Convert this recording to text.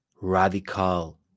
radical